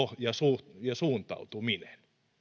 ja suuntautuminen